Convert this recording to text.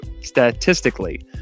statistically